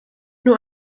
nur